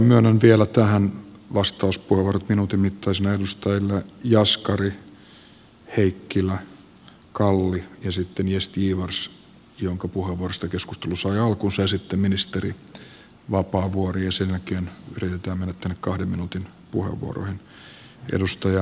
myönnän vielä tähän vastauspuheenvuorot minuutin mittaisina edustajille jaskari heikkilä kalli ja sitten gästgivars jonka puheenvuorosta keskustelu sai alkunsa ja sitten ministeri vapaavuori ja sen jälkeen yritetään mennä näihin kahden minuutin puheenvuoroihin